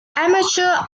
amateur